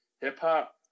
Hip-hop